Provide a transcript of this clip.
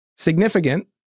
Significant